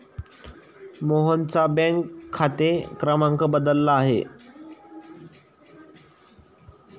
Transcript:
मोहनचा बँक खाते क्रमांक बदलला आहे